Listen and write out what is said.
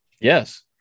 Yes